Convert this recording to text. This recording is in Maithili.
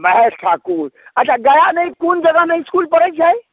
महेश ठाकुर अच्छा गयामे ई कोन जगहमे इसकुल पड़ैत छै